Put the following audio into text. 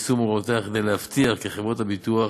יישום הוראותיה כדי להבטיח כי חברות הביטוח